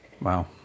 Wow